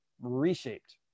reshaped